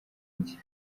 iki